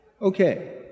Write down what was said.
Okay